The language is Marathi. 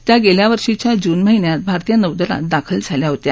त्या गेल्या वर्षीच्या जून महिन्यात भारतीय नौदलात दाखल झाल्या होत्या